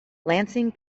lansing